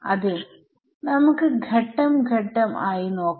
അതെനമുക്ക് ഘട്ടം ഘട്ടം ആയി നോക്കാം